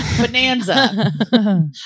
bonanza